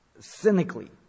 cynically